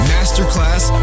Masterclass